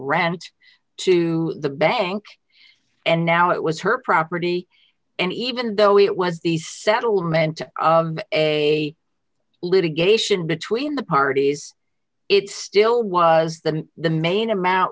t to the bank and now it was her property and even though it was the settlement of a litigation between the parties it still was that the main amount